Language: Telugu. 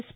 ఎస్